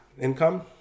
income